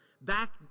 back